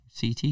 CT